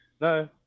No